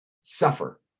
suffer